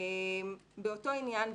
באותו עניין,